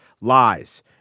lies